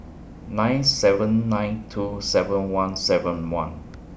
nine seven nine two seven one seven one